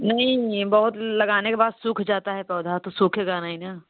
नहीं नहीं बहुत लगाने के बाद सूख जाता है पौधा तो सूखेगा नहीं ना